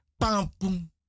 Pam-pum